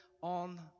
on